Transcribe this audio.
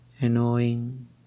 annoying